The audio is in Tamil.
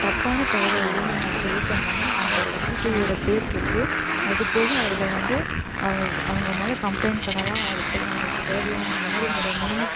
தப்பான தகவலை ஏதுன்னு சொல்லிட்டாங்கன்னால் அந்த பத்திரிக்கையோடய பேர் கெட்டுரும் அதுப்போக அதில் வந்து அவங்க அவங்க மேல் கம்பளைண்ட் பண்ணலாம் அதுப்போக அவங்களுக்கு தேவையான இந்த மாதிரி என்னோடய நேம்